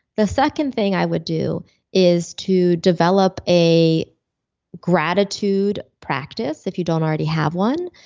the second thing i would do is to develop a gratitude practice if you don't already have one,